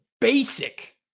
basic